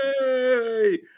yay